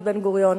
דוד בן-גוריון,